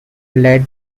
led